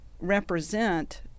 represent